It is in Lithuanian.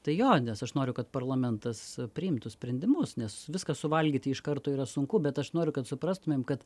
tai jo nes aš noriu kad parlamentas priimtų sprendimus nes viską suvalgyti iš karto yra sunku bet aš noriu kad suprastumėm kad